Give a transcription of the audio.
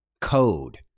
code